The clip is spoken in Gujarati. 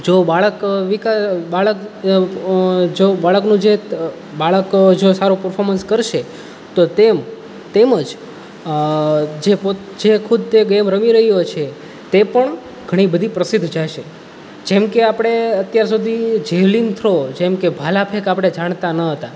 જો બાળક બાળક જો બાળકનું જે બાળક જે સારું પફોમન્સ કરશે તો તેમ તેમજ જે ખુદ ખુદ તે ગેમ રમી રહ્યો છે તે પણ ઘણી બધી પ્રસિદ્ધ જશે જેમકે આપણે અત્યાર સુધી જેલિન થ્રો જેમકે આપણે ભાલા ફેંક આપણે જાણતા ન હતા